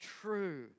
true